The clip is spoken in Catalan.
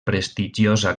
prestigiosa